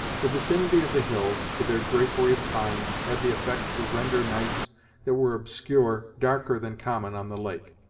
the vicinity of the hills, with their drapery of pines, had the effect to render nights that were obscure darker than common on the lake.